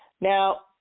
Now